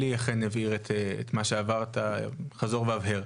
אלי אכן העביר את מה שעברת, חזור והבהר.